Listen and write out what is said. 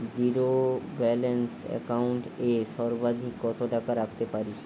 Zero balance account এ সর্বাধিক কত টাকা রাখতে পারি?